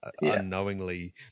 unknowingly